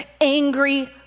angry